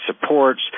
supports